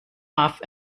off